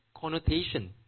connotation